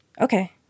Okay